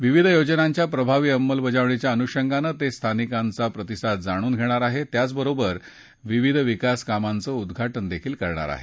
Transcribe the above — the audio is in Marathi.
विविध योजनांच्या प्रभावी अंमलबजावणीच्या अनुषंगानं ते स्थानिकांचा प्रतिसाद जाणून घेणार आहेत त्याचबरोबर विविध विकासकामाचं उद्दाटनही करणार आहेत